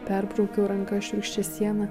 perbraukiu ranka šiurkščią sieną